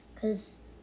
Cause